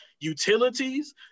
utilities